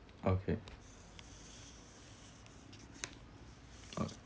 okay okay